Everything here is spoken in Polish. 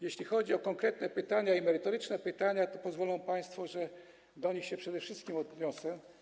Jeśli chodzi o konkretne, merytoryczne pytania, to pozwolą państwo, że do nich się przede wszystkim odniosę.